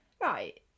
Right